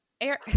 air